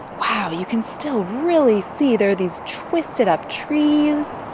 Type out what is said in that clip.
wow. you can still really see there are these twisted-up trees.